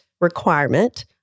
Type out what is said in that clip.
requirement